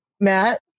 Matt